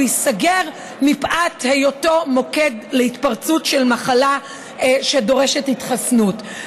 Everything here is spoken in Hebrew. הוא ייסגר מפאת היותו מוקד להתפרצות של מחלה שדורשת התחסנות.